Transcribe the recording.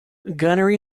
gunnery